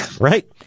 Right